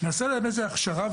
נעשה להם איזו הכשרה,